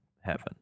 heaven